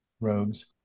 rogues